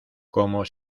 como